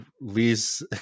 Lee's